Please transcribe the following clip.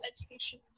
education